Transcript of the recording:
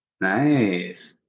Nice